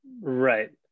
Right